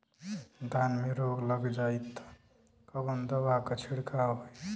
धान में रोग लग जाईत कवन दवा क छिड़काव होई?